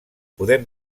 podem